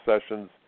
Sessions